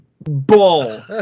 Bull